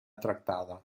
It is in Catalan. tractada